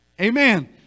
Amen